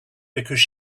because